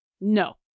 No